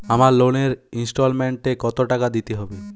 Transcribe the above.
আমার লোনের ইনস্টলমেন্টৈ কত টাকা দিতে হবে?